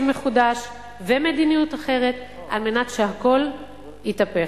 מחודש ומדיניות אחרת על מנת שהכול יתהפך.